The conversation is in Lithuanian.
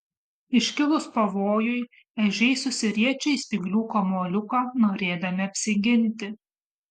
iškilus pavojui ežiai susiriečia į spyglių kamuoliuką norėdami apsiginti